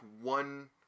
one